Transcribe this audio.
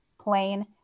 plain